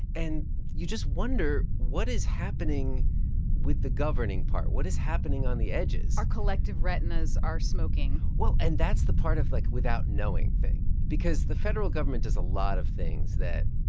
and you just wonder, what is happening with the governing part? what is happening on the edges? our collective retinas are smoking well, and that's the part of, like, without knowing thing because the federal government does a lot of things that,